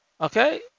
Okay